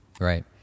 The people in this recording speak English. Right